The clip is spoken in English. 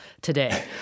today